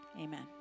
Amen